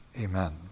amen